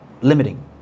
limiting